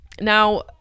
Now